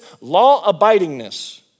law-abidingness